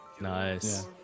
nice